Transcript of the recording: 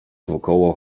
wokoło